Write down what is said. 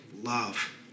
love